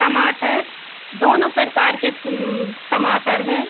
टमाटर दोनों प्रकार के टमाटर है